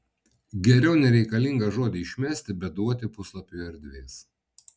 geriau nereikalingą žodį išmesti bet duoti puslapiui erdvės